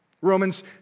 Romans